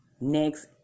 next